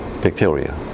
bacteria